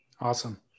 Awesome